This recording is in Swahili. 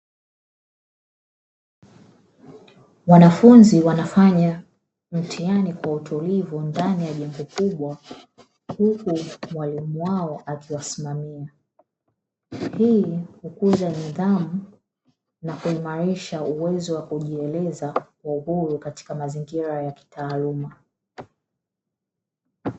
Wanafunzi wanafanya mtihani kwa utulivu ndani ya jengo kubwa huku mwalimu wao akiwasimamia, hii hukuza nidhamu na kuimarisha uwezo wa kujieleza kwa uhuru katika mazingira ya kitaaluma.